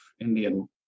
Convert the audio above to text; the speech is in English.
Indian